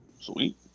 Sweet